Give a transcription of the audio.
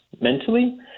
mentally